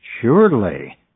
Surely